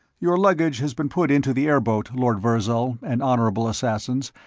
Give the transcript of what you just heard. your luggage has been put into the airboat, lord virzal and honorable assassins,